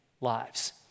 lives